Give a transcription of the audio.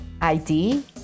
ID